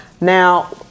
Now